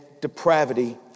depravity